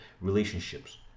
Relationships